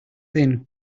thin